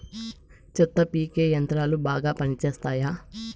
చెత్త పీకే యంత్రాలు బాగా పనిచేస్తాయా?